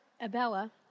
Abella